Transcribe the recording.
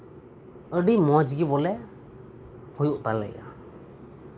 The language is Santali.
ᱟᱹᱰᱤ ᱢᱚᱸᱡᱽ ᱜᱮ ᱵᱚᱞᱮ ᱦᱩᱭᱩᱜ ᱛᱟᱞᱮᱭᱟ